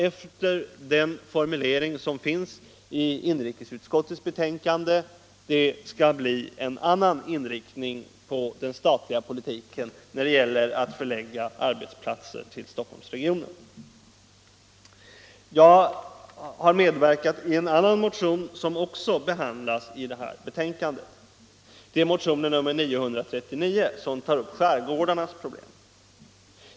Efter den formulering som inrikesutskottet nu använt i sitt betänkande hoppas jag att den statliga politiken skall få en annan inriktning när det gäller att förlägga arbetsplatser till Stockholmsregionen. Jag har också medverkat i en annan motion som behandlas i detta betänkande. Det är motionen 939, som rör skärgårdarnas problem.